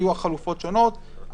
היו חלופות שונות,